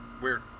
Weird